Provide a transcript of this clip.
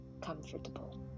comfortable